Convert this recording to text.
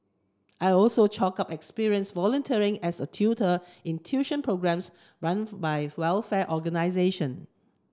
I also chalk up experience volunteering as a tutor in tuition programmes run by welfare organisation